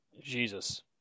Jesus